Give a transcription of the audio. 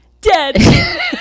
dead